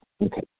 Okay